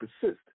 persist